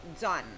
done